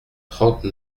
trente